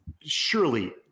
surely